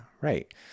right